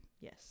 Yes